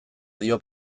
dio